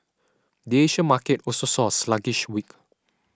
the Asia market also saw a sluggish week